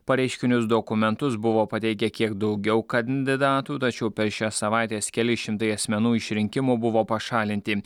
pareiškinius dokumentus buvo pateikę kiek daugiau kandidatų tačiau per šias savaites keli šimtai asmenų iš rinkimų buvo pašalinti